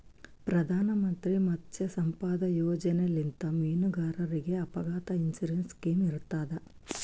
ಪ್ರಧಾನ್ ಮಂತ್ರಿ ಮತ್ಸ್ಯ ಸಂಪದಾ ಯೋಜನೆಲಿಂತ್ ಮೀನುಗಾರರಿಗ್ ಅಪಘಾತ್ ಇನ್ಸೂರೆನ್ಸ್ ಸ್ಕಿಮ್ ಇರ್ತದ್